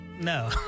No